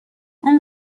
اون